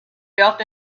felt